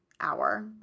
hour